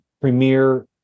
premier